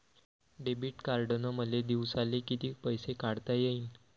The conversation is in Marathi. डेबिट कार्डनं मले दिवसाले कितीक पैसे काढता येईन?